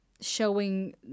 showing